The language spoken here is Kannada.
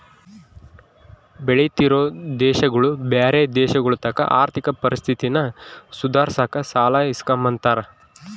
ಬೆಳಿತಿರೋ ದೇಶಗುಳು ಬ್ಯಾರೆ ದೇಶಗುಳತಾಕ ಆರ್ಥಿಕ ಪರಿಸ್ಥಿತಿನ ಸುಧಾರ್ಸಾಕ ಸಾಲ ಇಸ್ಕಂಬ್ತಾರ